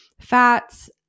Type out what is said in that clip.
fats